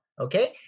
okay